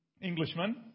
Englishman